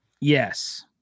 Yes